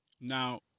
Now